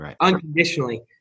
unconditionally